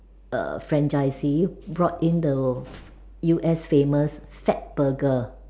err franchisee brought in the U_S famous Fatburger